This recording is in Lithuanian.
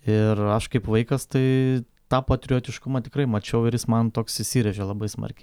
ir aš kaip vaikas tai tą patriotiškumą tikrai mačiau ir jis man toks įsirėžė labai smarkiai